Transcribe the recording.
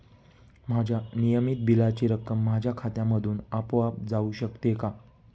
माझ्या नियमित बिलाची रक्कम माझ्या खात्यामधून आपोआप जाऊ शकते का?